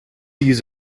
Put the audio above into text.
use